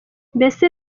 mbese